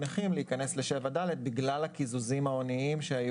נכים להיכנס ל-7ד בגלל הקיזוזים ההוניים.